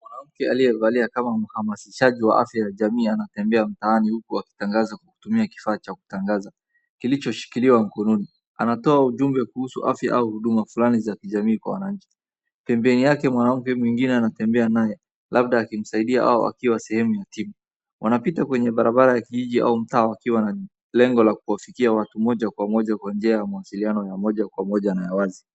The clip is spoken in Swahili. Mwanamke aliyevalia kama mhamasishaji wa afya ya jamii anatembea mtaani huku akitangaza kwa kutumia kifaa cha kutangaza, kilichoshikiliwa mkononi. Anatoa ujumbe kuhusu afya au uduma fulani za kijamii kwa wananchi. Pembeni yake mwanamke mwingine anatembea naye, labda akimsaidia au akiwa sehemu ya tiba. wanapita kwenye barabara ya kijiji au mtaa wakiwa na lengo la kuwafikia watu moja kwa moja kwa njia ya mawasiliano ya moja kwa moja na ya wazi.